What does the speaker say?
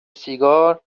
سیگار